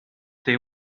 they